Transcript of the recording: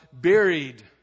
buried